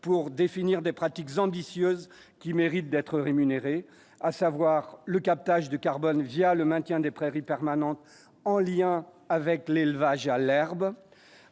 pour définir des pratiques ambitieuse qui mérite d'être rémunéré, à savoir le captage du carbone via le maintien des prairies permanentes en lien avec l'élevage à l'herbe